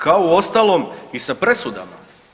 Kao uostalom i sa presudama.